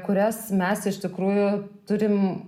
kurias mes iš tikrųjų turim